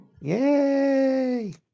Yay